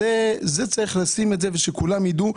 צריך לומר את זה כדי שכולם יידעו.